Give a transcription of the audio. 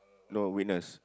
no witness